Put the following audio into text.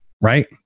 right